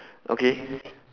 okay